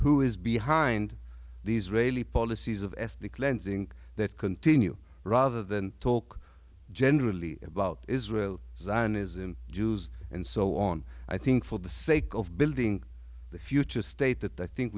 who is behind these really policies of ethnic cleansing that continue rather than talk generally about israel zionism jews and so on i think for the sake of building the future state that i think